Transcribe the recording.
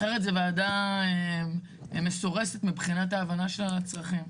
אחרת זה ועדה מסורסת מבחינת ההבנה שלה לצרכים.